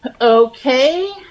Okay